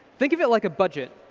think of it like a budget.